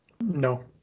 no